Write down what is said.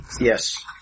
Yes